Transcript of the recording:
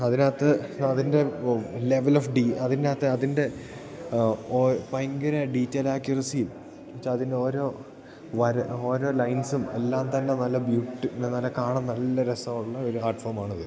അതിനകത്ത് അതിൻ്റെ level of D അതിനകത്ത് അതിൻ്റെ ഭയങ്കര ഡീറ്റെയിൽ ക്യൂറസിയും വെച്ചതിനോരോ വര ഓരോ ലൈൻസും എല്ലാം തന്നെ നല്ല ബ്യൂട്ടി പിന്നെ നല്ല കാണാൻ നല്ല രസമുള്ള ഒരു ആട്ട് ഫോമാണത്